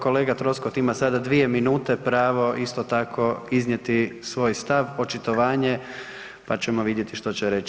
Kolega Troskot ima sada dvije minute pravo isto tako iznijeti svoj stav, očitovanje pa ćemo vidjeti što će reći.